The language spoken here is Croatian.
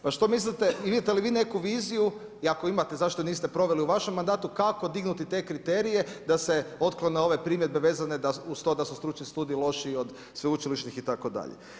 Pa što mislite i vidite li vi neku viziju i ako imate, zašto je niste proveli u vašem mandatu, kako dignuti te kriterije da se otklone ove primjedbe vezane uz to da su stručni studiji lošiji od sveučilišnih itd.